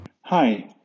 Hi